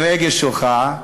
אני פונה לרגש שלך,